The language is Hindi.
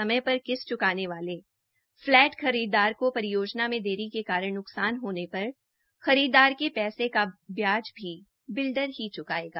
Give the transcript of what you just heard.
समय पर किस्त चकाने वाले फलैट खरीददार को परियोजना में देरी के कारण न्कसान होने पर खरीददार के पैसे का ब्याज भी बिल्डर ही च्कायेगा